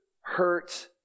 hurt